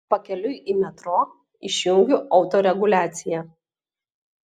pakeliui į metro išjungiu autoreguliaciją